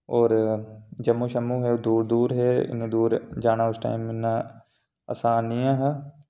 और जम्मू शम्मू हे ओह् दूर दूर हे इन्ने दूर जाना उस टाइम इन्ना आसान निं ऐ हा